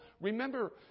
Remember